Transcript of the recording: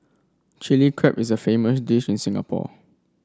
Chilli Crab is a famous dish in Singapore